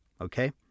okay